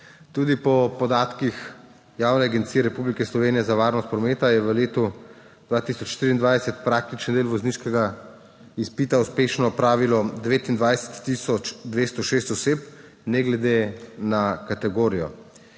Tudi po podatkih Javne agencije Republike Slovenije za varnost prometa je v letu 2023 praktični del vozniškega izpita uspešno opravilo 29 tisoč 206 oseb, ne glede na kategorijo.